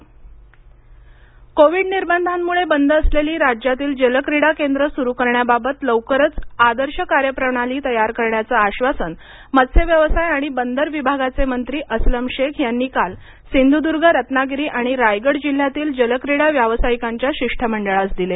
जलक्रीडा कोविड निर्बंधांमुळे बंद असलेली राज्यातील जलक्रीडा केंद्र सुरु करण्याबाबत लवकरच आदर्श कार्यप्रणाली तयार करण्याचं आश्वासन मत्स्यव्यवसाय आणि बंदर विभागाचे मंत्री अस्लम शेख यांनी काल सिंधुदुर्ग रत्नागिरी आणि रायगड जिल्ह्यातील जलक्रीडा व्यावसायिकांच्या शिष्टमंडळास दिले